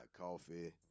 coffee